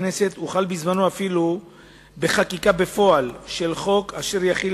בכנסת הוחל בזמנו אפילו בחקיקה בפועל של חוק אשר יחיל